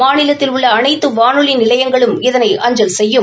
மாநிலத்தில் உள்ள அனைத்து வானொலி நிலையங்களும் இதனை அஞ்சல் செய்யும்